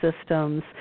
systems